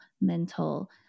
mental